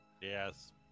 Yes